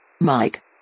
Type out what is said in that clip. mike